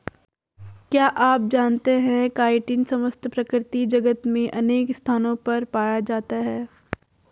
क्या आप जानते है काइटिन समस्त प्रकृति जगत में अनेक स्थानों पर पाया जाता है?